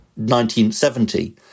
1970